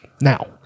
now